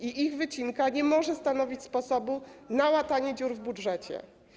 Ich wycinka nie może stanowić sposobu na łatanie dziur w budżecie.